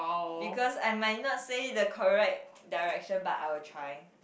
because I might not say the correct direction but I will try